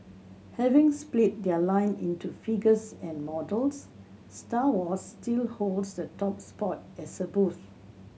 having split their line into figures and models Star Wars still holds the top spot as a booth